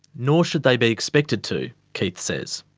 nor should they be expected to, keith says.